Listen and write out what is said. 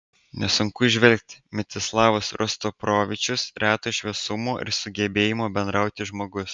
nesunku įžvelgti mstislavas rostropovičius reto šviesumo ir sugebėjimo bendrauti žmogus